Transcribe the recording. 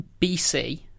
BC